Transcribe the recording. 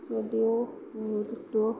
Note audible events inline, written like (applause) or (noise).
যদিও (unintelligible)